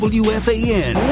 wfan